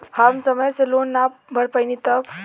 हम समय से लोन ना भर पईनी तब?